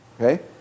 Okay